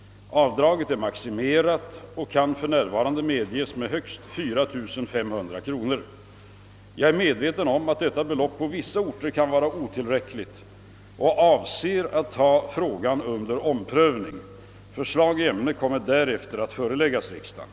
Avdraget är maximerat och kan för närvarande medges med högst 4 500 kr. Jag är medveten om att detta belopp på vissa orter kan vara otillräckligt och avser att ta frågan under omprövning. Förslag i ämnet kommer därefter att föreläggas riksdagen.